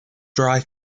dry